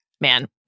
Man